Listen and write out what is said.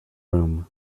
room